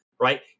right